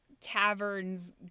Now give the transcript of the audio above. taverns